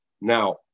Now